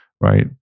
right